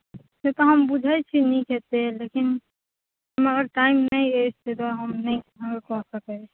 से तऽ हम बुझैत छियै नीक हेतै लेकिन हमरा लग टाइम नहि अछि ताहिद्वारे हम नहि कऽ सकब